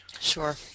Sure